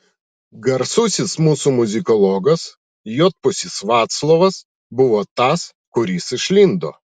garsusis mūsų muzikologas juodpusis vaclovas buvo tas kuris išlindo